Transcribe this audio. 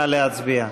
נא להצביע.